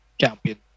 champion